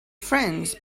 friends